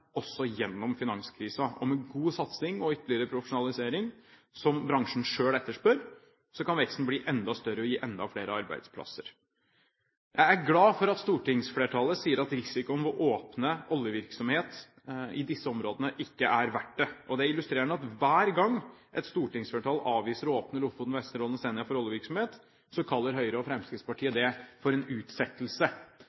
også gjennom finanskrisen. Og med god satsing og ytterligere profesjonalisering, som bransjen selv etterspør, kan veksten bli enda større og gi enda flere arbeidsplasser. Jeg er glad for at stortingsflertallet sier at risikoen ved å åpne for oljevirksomhet i disse områdene er så store at det ikke er verdt det. Og det er illustrerende at hver gang et stortingsflertall avviser å åpne Lofoten, Vesterålen og Senja for oljevirksomhet, kaller Høyre og Fremskrittspartiet